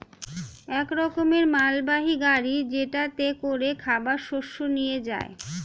এক রকমের মালবাহী গাড়ি যেটাতে করে খাবার শস্য নিয়ে যায়